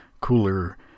cooler